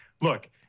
Look